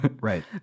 Right